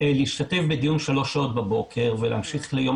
להשתתף בדיון שלוש שעות בבוקר ולהמשיך ליום